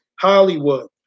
Hollywood